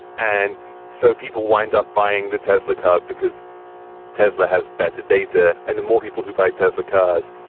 and so people wind up buying the tesla cars because tesla has better data. and the more people who buy tesla cars,